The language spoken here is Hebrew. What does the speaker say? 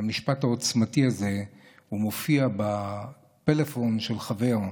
המשפט העוצמתי הזה מופיע בטלפון של חבר,